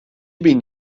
bin